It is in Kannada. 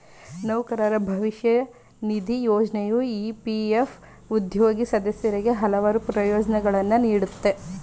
ನೌಕರರ ಭವಿಷ್ಯ ನಿಧಿ ಯೋಜ್ನೆಯು ಇ.ಪಿ.ಎಫ್ ಉದ್ಯೋಗಿ ಸದಸ್ಯರಿಗೆ ಹಲವಾರು ಪ್ರಯೋಜ್ನಗಳನ್ನ ನೀಡುತ್ತೆ